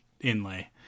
inlay